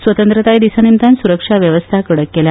स्वतंत्रताय दिसा निमतान सुरक्षा वेवस्था कडक केल्या